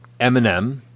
Eminem